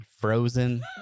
frozen